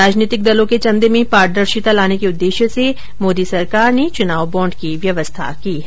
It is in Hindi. राजनीतिक दलों के चंदे में पारदर्शिता लाने के उद्देश्य से मोदी सरकार ने चुनाव बाँड की व्यवस्था की है